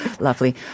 Lovely